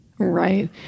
Right